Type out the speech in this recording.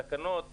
תקנות,